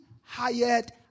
hired